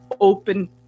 open